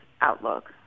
outlook